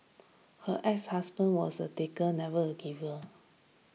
her exhusband was a taker never a giver